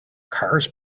cars